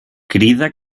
crida